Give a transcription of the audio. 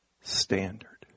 standard